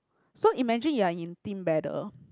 so imagine you are in team battle